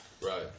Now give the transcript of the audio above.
Right